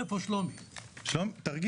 10 ביוני, אני מדבר